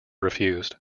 refused